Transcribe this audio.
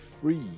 free